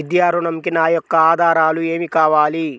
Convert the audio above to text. విద్యా ఋణంకి నా యొక్క ఆధారాలు ఏమి కావాలి?